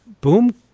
Boom